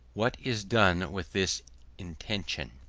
what is done with this intention